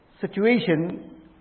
situation